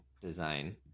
design